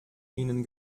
ihnen